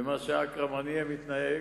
ממה שאכרם הנייה מתנהג,